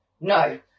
No